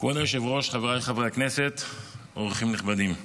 כבוד היושב-ראש, חבריי חברי הכנסת, אורחים נכבדים,